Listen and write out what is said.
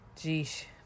geesh